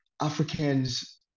Africans